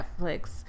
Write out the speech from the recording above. Netflix